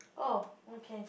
oh okay